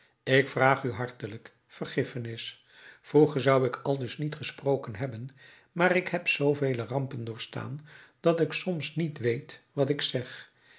ik vraag u hartelijk vergiffenis vroeger zou ik aldus niet gesproken hebben maar ik heb zoovele rampen doorstaan dat ik soms niet weet wat ik zeg